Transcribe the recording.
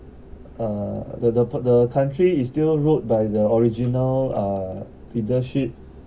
uh the the the country is still ruled by the original uh leadership